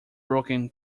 broken